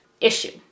issue